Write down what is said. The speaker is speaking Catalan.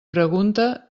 pregunta